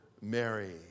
Mary